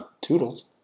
Toodles